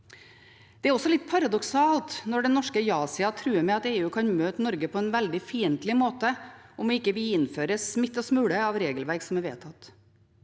Det er også litt paradoksalt når den norske ja-siden truer med at EU kan møte Norge på en veldig fiendtlig måte om vi ikke innfører smitt og smule av regelverk som er vedtatt.